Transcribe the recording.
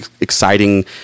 exciting